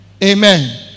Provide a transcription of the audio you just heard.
Amen